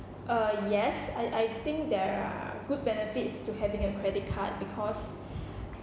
uh yes I I think there are good benefits to having a credit card because